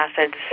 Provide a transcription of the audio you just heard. acids